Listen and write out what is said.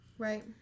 Right